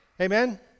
amen